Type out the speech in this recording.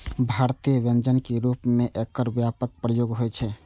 भारतीय व्यंजन के रूप मे एकर व्यापक प्रयोग होइ छै